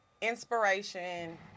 inspiration